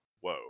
Whoa